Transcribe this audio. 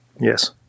Yes